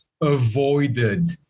avoided